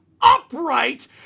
upright